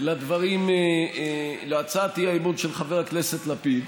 גם להצעת האי-אמון של חבר הכנסת לפיד,